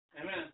Amen